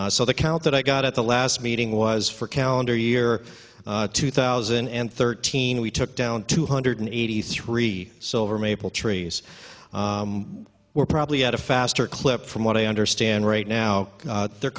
so the count that i got at the last meeting was for calendar year two thousand and thirteen we took down two hundred eighty three silver maple trees were probably at a faster clip from what i understand right now they're